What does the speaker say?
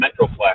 Metroplex